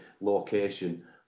location